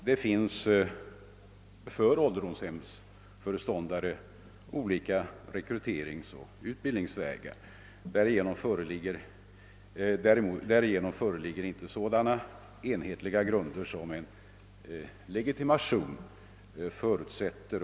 Det finns olika rekryterings och utbildningsvägar för ålderdomshemsföreståndare, men därmed föreligger inte sådana enhetliga grunder som en legitimation förutsätter.